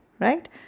right